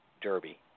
derby